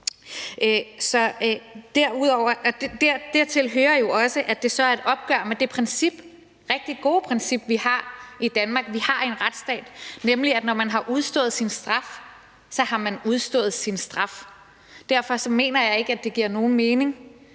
Dertil hører jo også, at det så er et opgør med det rigtig gode princip, vi har i Danmark, og som vi har i en retsstat, nemlig at når man har udstået sin straf, så har man udstået sin straf. Derfor mener jeg ikke, at det giver nogen mening,